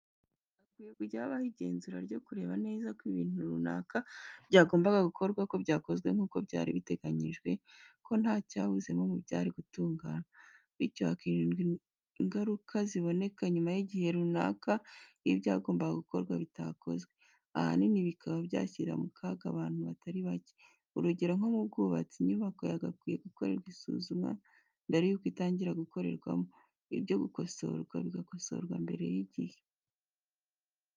Hakwiye kujya habaho igenzura ryo kureba neza ko ibintu runaka byagombaga gukorwa ko byakozwe nkuko byari biteganijwe ko ntacyabuzemo mu byari gutunganwa. Bityo hakirindwa ingaruka ziboneka nyuma y'igihe runaka iyo ibyagombaga gukorwa bitakozwe, ahanini bikaba byashyira mu kaga abantu batari bake. Urugero nko mu bwubatsi inyubako yagakwiye gukorerwa isuzumwa mbere yuko itangira gukorerwamo, ibyo gukosora bigakosorwa mbere y'igihe.